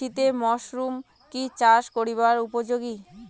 শীতের মরসুম কি চাষ করিবার উপযোগী?